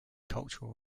cultural